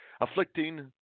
afflicting